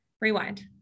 rewind